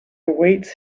awaits